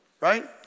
Right